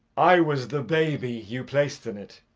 i was the baby you placed in it.